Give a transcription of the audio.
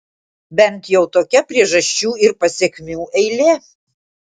bent jau tokia priežasčių ir pasekmių eilė